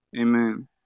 Amen